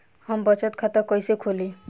हम बचत खाता कइसे खोलीं?